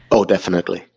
oh, definitely.